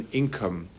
income